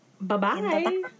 Bye-bye